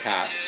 Cat